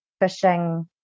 fishing